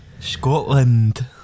Scotland